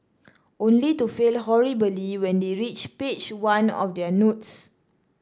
only to fail horribly when they reach page one of their notes